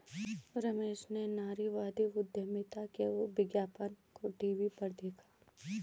रमेश ने नारीवादी उधमिता के विज्ञापन को टीवी पर देखा